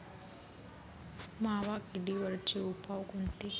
मावा किडीवरचे उपाव कोनचे?